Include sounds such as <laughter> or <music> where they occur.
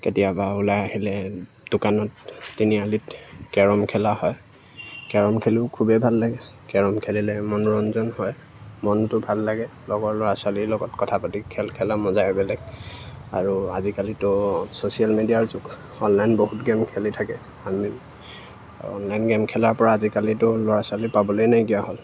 কেতিয়াবা ওলাই আহিলে দোকানত তিনিআলিত কেৰম খেলা হয় কেৰম খেলিও খুবেই ভাল লাগে কেৰম খেলিলে মনোৰঞ্জন হয় মনটো ভাল লাগে লগৰ ল'ৰা ছোৱালীৰ লগত কথা পাতি খেল খেলা মজায়ে বেলেগ আৰু আজিকালিতো ছ'চিয়েল মিডিয়াৰ যুগ অনলাইন বহুত গেম খেলি থাকে <unintelligible> অনলাইন গেম খেলাৰ পৰা আজিকালিতো ল'ৰা ছোৱালী পাবলেই নাইকিয়া হ'ল